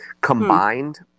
combined